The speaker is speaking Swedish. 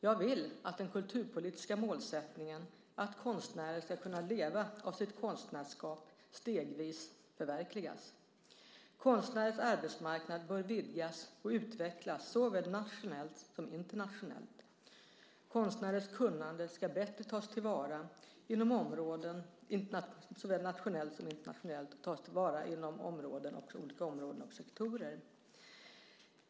Jag vill att den kulturpolitiska målsättningen att konstnärer ska kunna leva av sitt konstnärskap stegvis förverkligas. Konstnärers arbetsmarknad bör vidgas och utvecklas såväl nationellt som internationellt. Konstnärers kunnande ska bättre tas till vara såväl nationellt som internationellt inom olika områden och sektorer.